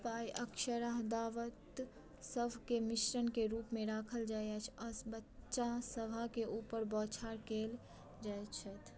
पाइ अक्सरहा दावतसभके मिश्रणके रूपमे राखल जाइत अछि आ बच्चासभके ऊपर बौछार कैल जाए छथि